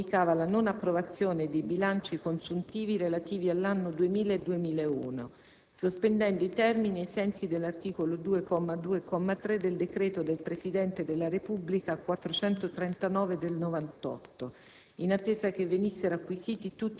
il Ministero dell'interno comunicava la non approvazione dei bilanci consuntivi relativi all'anno 2000 e 2001, sospendendo i termini ai sensi dell'articolo 2, commi 2 e 3, del decreto del Presidente della Repubblica 9 novembre 1998,